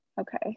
Okay